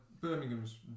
Birmingham's